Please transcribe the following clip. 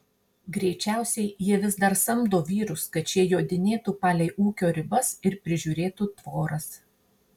greičiausiai jie vis dar samdo vyrus kad šie jodinėtų palei ūkio ribas ir prižiūrėtų tvoras